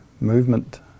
movement